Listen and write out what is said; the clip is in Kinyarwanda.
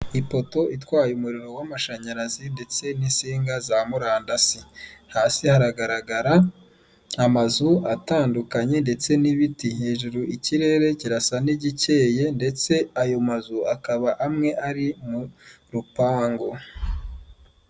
Ipoto itwaye umuriro w'amashanyarazi ndetse n'insinga za murandasi, hasi haragaragara nk'amazu atandukanye ndetse n'ibiti, hejuru ikirere kirasa nk'igikeye ndetse ayo mazu akaba amwe ari m'urupangu.